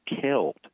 killed